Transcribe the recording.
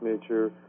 nature